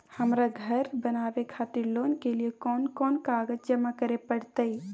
हमरा धर बनावे खातिर लोन के लिए कोन कौन कागज जमा करे परतै?